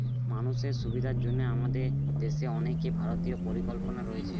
মানুষের সুবিধার জন্য আমাদের দেশে অনেক ভারতীয় পরিকল্পনা রয়েছে